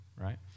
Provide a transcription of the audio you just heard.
right